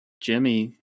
Jimmy